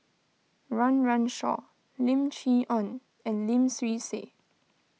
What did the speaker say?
Run Run Shaw Lim Chee Onn and Lim Swee Say